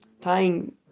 tying